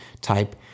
type